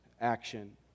action